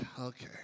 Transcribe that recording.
Okay